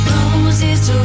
Roses